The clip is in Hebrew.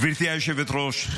גברתי היושבת-ראש,